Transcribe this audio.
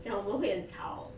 讲我们会很吵